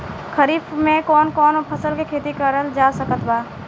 खरीफ मे कौन कौन फसल के खेती करल जा सकत बा?